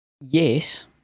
Yes